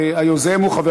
והיוזם הוא חבר